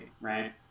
Right